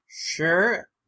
Sure